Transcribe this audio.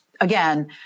again